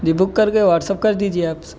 جی book کر کے WhatsApp کر دیجیے آپ سر